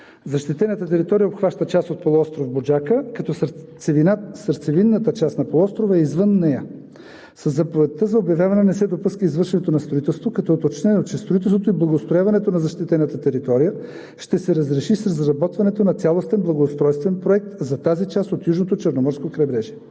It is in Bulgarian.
Защитената територия обхваща част от полуостров Буджака, като сърцевинната част на полуострова е извън нея. Със заповедта за обявяване не се допуска извършването на строителство, като е уточнено, че строителството и благоустрояването на защитената територия ще се разреши с разработването на цялостен благоустройствен проект за тази част от Южното Черноморско крайбрежие.